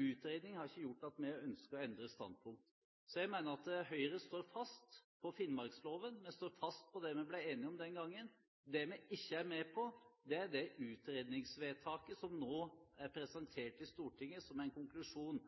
utredningen har ikke gjort at vi ønsker å endre standpunkt. Jeg mener at Høyre står fast på finnmarksloven, og at vi står fast på det vi ble enige om den gangen. Det vi ikke er med på, er det utredningsvedtaket som nå er presentert i Stortinget som en konklusjon,